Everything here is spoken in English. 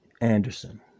Anderson